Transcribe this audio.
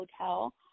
hotel